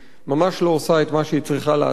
ממש לא עושה את מה שהיא צריכה לעשות,